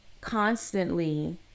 constantly